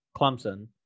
Clemson